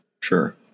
Sure